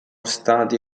stati